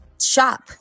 shop